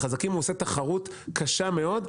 לחזקים הוא עושה תחרות קשה מאוד,